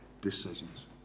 decisions